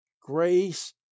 grace